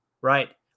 right